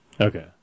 Okay